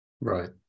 Right